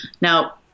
Now